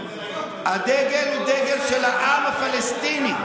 הדגל הוא דגל של העם הפלסטיני,